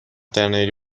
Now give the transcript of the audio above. درنیاری